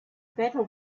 better